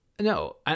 no